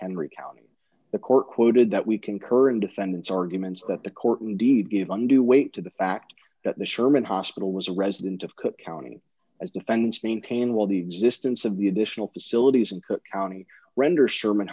mchenry county the court quoted that we concur in defendant's arguments that the court and deed given due weight to the fact that the sherman hospital was a resident of cook county as defendants maintain while the existence of the additional facilities in cook county render sherman